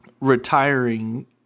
retiring